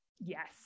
Yes